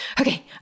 okay